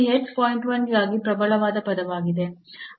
1 ಗಾಗಿ ಪ್ರಬಲವಾದ ಪದವಾಗಿದೆ